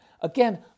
Again